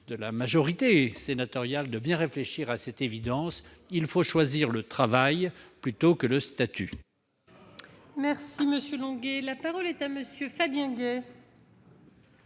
de la majorité sénatoriale de bien réfléchir à cette évidence : il faut choisir le travail ... L'exploitation